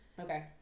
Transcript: Okay